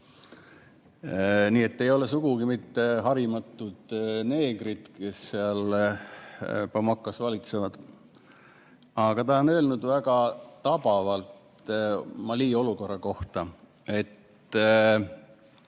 Nii et ei ole sugugi mitte harimatud neegrid, kes seal Bamakos valitsevad. Aga ta on öelnud väga tabavalt Mali olukorra kohta.